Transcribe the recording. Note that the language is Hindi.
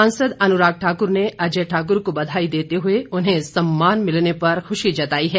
सांसद अनुराग ठाक्र ने अजय ठाक्र को बधाई देते हुए उन्हें सम्मान मिलने पर ख्शी जताई है